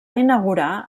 inaugurar